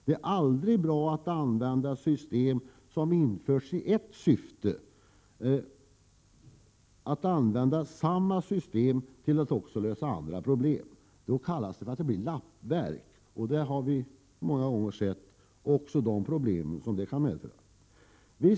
Det är aldrig bra att använda system, som införts i ett syfte, till att också lösa andra problem. Det kallas lappverk, och det har vi många dåliga erfarenheter av.